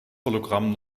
hologramm